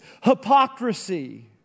Hypocrisy